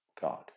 God